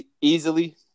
easily